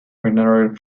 binary